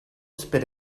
spit